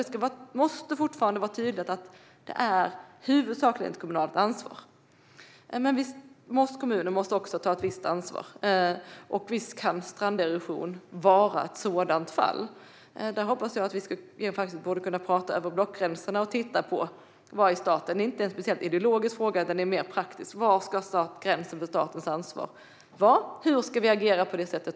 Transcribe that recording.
Det måste fortfarande vara tydligt att det är ett huvudsakligen kommunalt ansvar. Och visst kan stranderosion vara ett sådant fall. Jag hoppas att vi ska kunna prata över blockgränserna - det är inte en speciellt ideologisk fråga utan mer en praktisk fråga - och titta på var gränsen ska gå för statens ansvar.